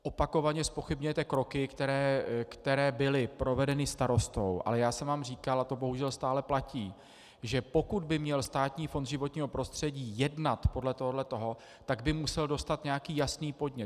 Opakovaně zpochybňujete kroky, které byly provedeny starostou, ale já jsem vám říkal, a to bohužel stále platí, že pokud by měl Státní fond životního prostředí jednat podle tohoto, tak by musel dostat nějaký jasný podnět.